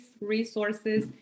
resources